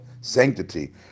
sanctity